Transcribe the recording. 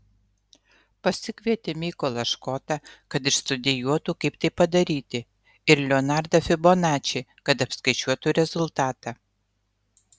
pasikvietė mykolą škotą kad išstudijuotų kaip tai padaryti ir leonardą fibonačį kad apskaičiuotų rezultatą